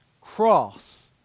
cross